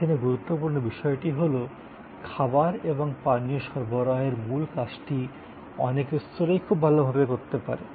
এখানে গুরুত্বপূর্ণ বিষয়টি হল খাবার এবং পানীয় সরবরাহের মূল কাজটি অনেক রেস্তোঁরাই খুব ভালভাবেই করতে পারেন